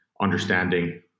understanding